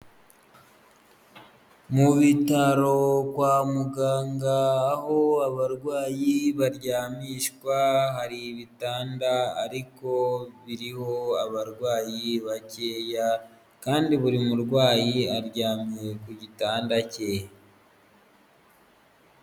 Mu bitaro kwa muganga aho abarwayi baryamishwa hari ibitanda ariko biriho abarwayi bakeya kandi buri murwayi aryamye ku gitanda cye.